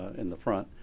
in the front,